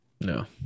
No